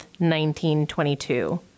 1922